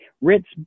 Ritz